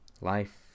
life